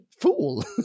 fool